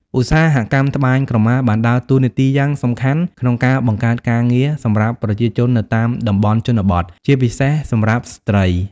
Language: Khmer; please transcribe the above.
ឧស្សាហកម្មត្បាញក្រមាបានដើរតួនាទីយ៉ាងសំខាន់ក្នុង ការបង្កើតការងារ សម្រាប់ប្រជាជននៅតាមតំបន់ជនបទ ជាពិសេសសម្រាប់ស្ត្រី។